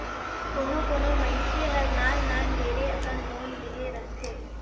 कोनो कोनो मइनसे हर नान नान ढेरे अकन लोन लेहे रहथे